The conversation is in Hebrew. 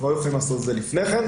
אנחנו לא יכולים לעשות את זה לפני כן.